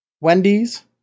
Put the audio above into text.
Wendy's